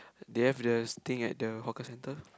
they have the things at the hawker centre